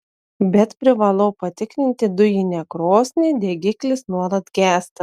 bet privalau patikrinti dujinę krosnį degiklis nuolat gęsta